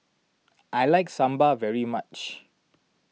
I like Sambar very much